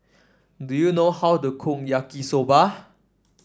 do you know how to cook Yaki Soba